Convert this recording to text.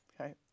Okay